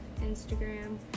instagram